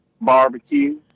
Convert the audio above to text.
barbecue